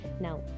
now